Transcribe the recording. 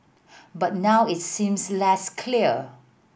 but now it seems less clear